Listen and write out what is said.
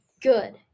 Good